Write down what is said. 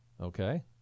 Okay